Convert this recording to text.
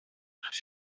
хис